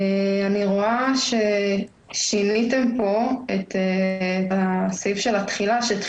אני רואה ששיניתם את סעיף התחילה וקבעתם